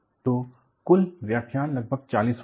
तो कुल व्याख्यान लगभग 40 होंगे